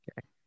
okay